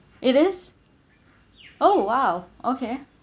it is oh !wow! okay